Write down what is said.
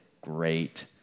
great